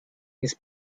his